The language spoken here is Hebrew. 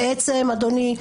אדוני,